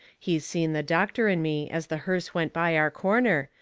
he seen the doctor and me as the hearse went by our corner,